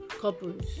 couples